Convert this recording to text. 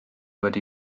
wedi